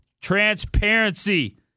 Transparency